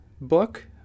book